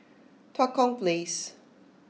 Tua Kong Place